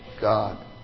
God